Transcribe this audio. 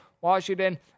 Washington